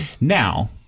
Now